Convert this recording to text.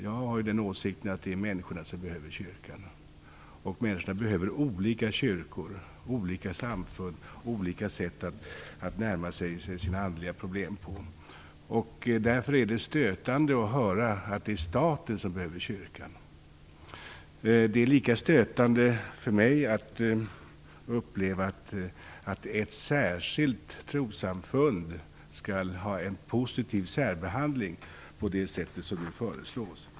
Jag har åsikten att det är människorna som behöver kyrkan. Och människorna behöver olika kyrkor, olika samfund och olika sätt att närma sig sina andliga problem på. Därför är det stötande att höra att det är staten som behöver kyrkan. Det är lika stötande för mig att uppleva att ett särskilt trossamfund skall ha en positiv särbehandling på det sätt som nu föreslås.